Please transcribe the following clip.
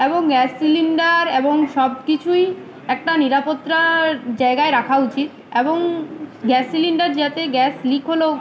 এবং gas cylinder এবং সব কিছুই একটা নিরাপত্রার জায়গায় রাখা উচিত এবং গ্যাস সিলিন্ডার যাতে গ্যাস লিক হলেও